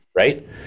Right